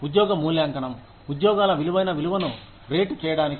ఉద్యోగ మూల్యాంకనం ఉద్యోగాల విలువైన విలువను రేటు చేయడానికి